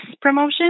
promotion